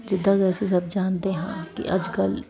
ਜਿੱਦਾਂ ਕਿ ਅਸੀਂ ਸਭ ਜਾਣਦੇ ਹਾਂ ਕਿ ਅੱਜ ਕੱਲ੍ਹ